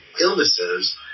illnesses